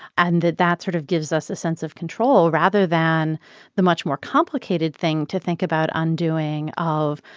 and that that sort of gives us a sense of control rather than the much more complicated thing to think about undoing of,